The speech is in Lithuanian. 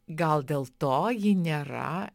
gal dėl to ji nėra